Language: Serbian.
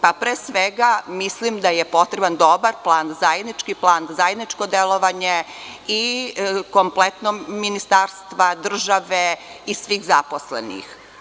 Pre svega, mislim da je potreban dobar plan, zajednički plan, zajedničko delovanje komplenog Ministarstva, države i svih zaposlenih.